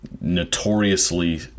notoriously